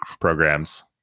programs